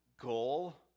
goal